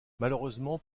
malheureusement